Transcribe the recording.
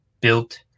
built